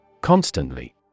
Constantly